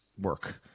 work